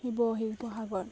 Shiva Sivasagar